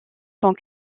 sont